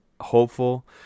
hopeful